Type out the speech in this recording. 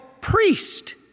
priest